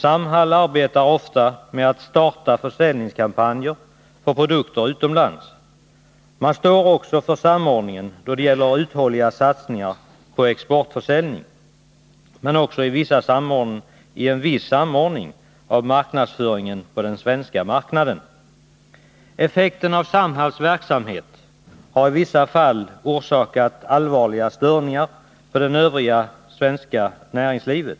Samhall arbetar ofta med att starta försäljningskampanjer utomlands för produkter. Man står också för samordningen då det gäller uthålliga satsningar på exportförsäljning men även för en viss samordning av marknadsföringen på den svenska marknaden. Effekten av Samhalls verksamhet har i vissa fall orsakat allvarliga störningar på det övriga svenska näringslivet